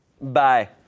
Bye